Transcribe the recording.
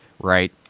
right